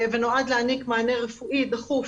ונועד להעניק מענה רפואי דחוף